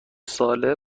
ساله